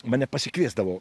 mane pasikviesdavo